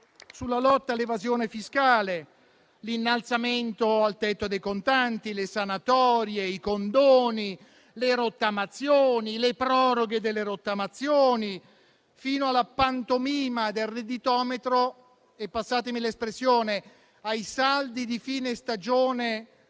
sulla lotta all'evasione fiscale, sull'innalzamento al tetto dei contanti, sulle sanatorie e i condoni, sulle rottamazioni, le proroghe delle rottamazioni, fino alla pantomima del redditometro e - mi si conceda l'espressione - ai saldi di fine stagione